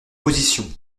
position